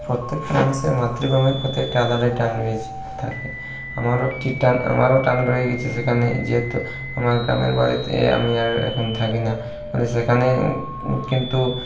প্রত্যেক মানুষের মাতৃভূমির প্রতি একটা আলাদাই টান রয়েছে থাকে আমারও একটি টান আমারও টান রয়ে গিয়েছে সেখানে যেহেতু আমার গ্রামের বাড়িতে আমি আর এখন থাকি না সেখানে কিন্তু